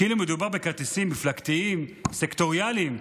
כאילו מדובר בכרטיסים מפלגתיים, סקטוריאליים.